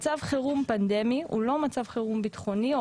מצב חירום פנדמי הוא לא מצב חירום ביטחוני.